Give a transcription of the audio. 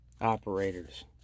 operators